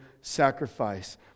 sacrifice